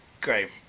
Great